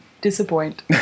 disappoint